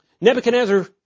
Nebuchadnezzar